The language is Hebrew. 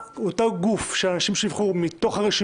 זה מה שרציתי לשאול אותך,